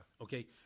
Okay